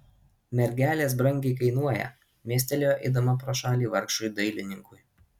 mergelės brangiai kainuoja mestelėjo eidama pro šalį vargšui dailininkui